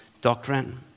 doctrine